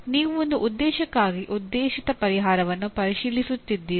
ನೀವು ಒಂದು ಉದ್ದೇಶಕ್ಕಾಗಿ ಉದ್ದೇಶಿತ ಪರಿಹಾರವನ್ನು ಪರಿಶೀಲಿಸುತ್ತಿದ್ದೀರಿ